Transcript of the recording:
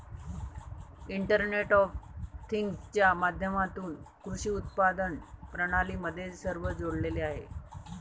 internet of थिंग्जच्या माध्यमातून कृषी उत्पादन प्रणाली मध्ये सर्व जोडलेले आहेत